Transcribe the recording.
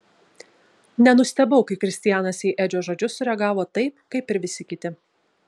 nenustebau kai kristianas į edžio žodžius sureagavo taip kaip ir visi kiti